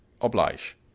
oblige